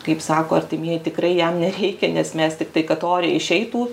kaip sako artimieji tikrai jam nereikia nes mes tiktai kad oriai išeitų